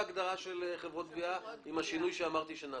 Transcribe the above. בהגדרה "חברת גבייה" עם השינוי שאמרתי שנעשה.